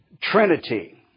Trinity